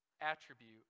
attribute